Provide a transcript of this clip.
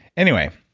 anyway,